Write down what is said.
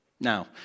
Now